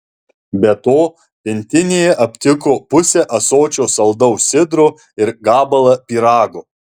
be to pintinėje aptiko pusę ąsočio saldaus sidro ir gabalą pyrago